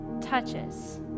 touches